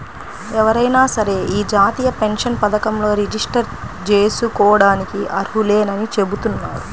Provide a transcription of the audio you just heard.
ఎవరైనా సరే యీ జాతీయ పెన్షన్ పథకంలో రిజిస్టర్ జేసుకోడానికి అర్హులేనని చెబుతున్నారు